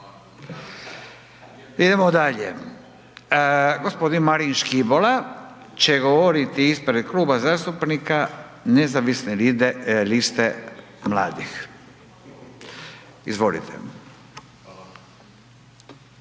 Idemo dalje. Gospodin Marin Škibola će govoriti ispred Kluba zastupnika Nezavisne liste mladih. Izvolite.